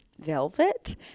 velvet